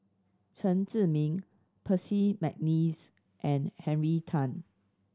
Chen Zhiming Percy McNeice and Henry Tan